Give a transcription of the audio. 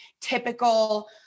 typical